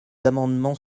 amendements